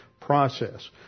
process